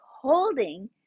holding